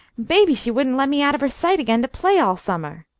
maybe she wouldn't let me out of her sight again to play all summah.